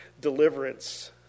deliverance